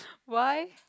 why